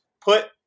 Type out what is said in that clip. put